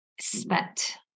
spent